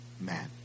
man